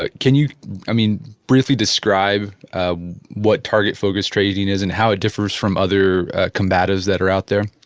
ah can you i mean briefly describe what target focus training is and how it differs from other combatives that are out there?